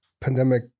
pandemic